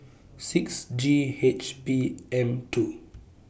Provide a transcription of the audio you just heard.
six G H P M two